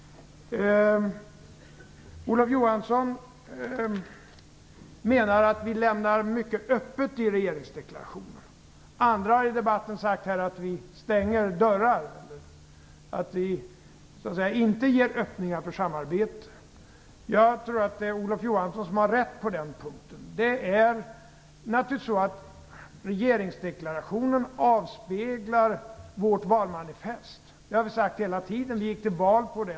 Olof Johansson menar att vi lämnar mycket öppet i regeringsdeklarationen. Andra i debatten har sagt att vi stänger dörrar, att vi inte ger öppningar för samarbete. Jag tror att det är Olof Johansson som har rätt på den här punkten. Regeringsdeklarationen avspeglar naturligtvis vårt valmanifest. Det har vi sagt hela tiden. Vi gick till val på det.